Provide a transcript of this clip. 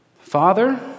Father